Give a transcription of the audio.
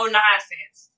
nonsense